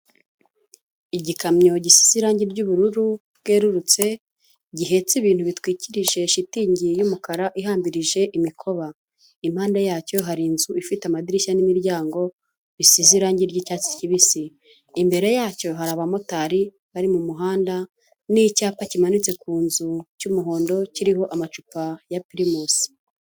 igikamyo gifite irangi ry'ubururu bwerurutse gihetse ibintu bitwikirije shitingi y'umukara ihambirije imikoba Impande ya cyo hari inzu ifite amadirishya n'imiryango bisize irangi ry'icyatsi kibisi. Imbere ya cyo hari abamotari bari mu muhanda n'icyapa kimanitse ku nzu cy'umuhondo kiriho amacupa ya pirimusi.